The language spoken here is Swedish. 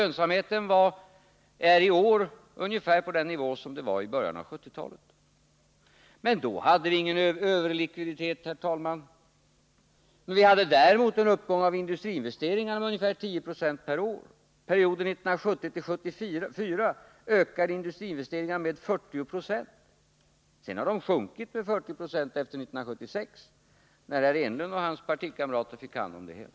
Lönsamheten befinner sig i år ungefär på samma nivå som i början av 1970-talet. Men då hade vi ingen överlikviditet. Vi hade däremot en uppgång i investeringarna med 10 46 per år. Perioden 1970-1974 ökade industriinvesteringarna med 40 96. Sedan har de sjunkit med 40 26 efter 1976, när Eric Enlund och hans partikamrater tog hand om det hela.